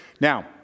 Now